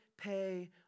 pay